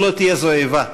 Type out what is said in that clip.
שלא תהיה זו איבה.